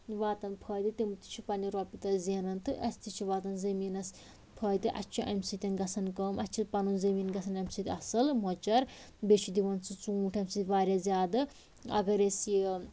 واتن فٲیدٕ تِم تہِ چھِ پنٕنہِ رۄپیہِ دٔہ زینان تہٕ اَسہِ تہِ چھُ واتان زٔمیٖنس فٲیدٕ اَسہِ چھُ اَمہِ سۭتٮ۪ن گَژھان کٲم اَسہِ چھِ پنُن زٔمیٖن گَژھان اَمہِ سۭتۍ اصٕل مۄچر بیٚیہِ چھُ دِون سُہ ژوٗنٛٹھۍ اَمہِ سۭتۍ وارِیاہ زیادٕ اگر أسۍ یہِ